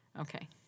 Okay